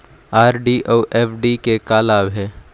RD अऊ FD के का लाभ हे?